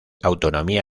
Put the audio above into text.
autonomía